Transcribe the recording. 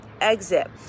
exit